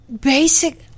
basic